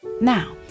Now